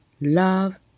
Love